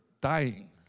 dying